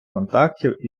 контактів